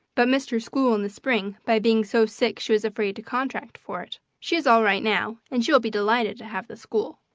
but missed her school in the spring by being so sick she was afraid to contract for it. she is all right now, and she will be delighted to have the school,